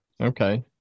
Okay